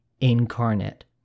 incarnate